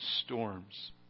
storms